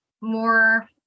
more